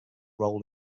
role